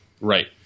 Right